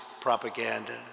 propaganda